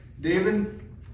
David